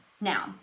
now